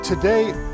Today